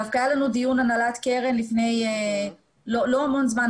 דווקא היה לנו דיון הנהלת קרן לפני לא המון זמן,